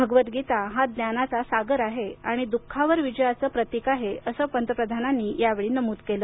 भगवदगीता हा ज्ञानाचा सागर आहे आणि दुःखावर विजयाचं प्रतीक आहे असं पंतप्रधानांनी यावेळी नमूद केलं